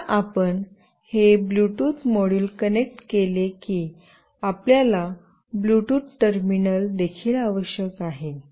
एकदा आपण हे ब्लूटूथ मॉड्यूल कनेक्ट केले की आपल्याला ब्लूटूथ टर्मिनल देखील आवश्यक आहे